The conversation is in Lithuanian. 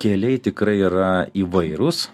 keliai tikrai yra įvairūs